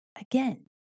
again